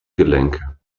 gelenke